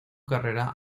carrera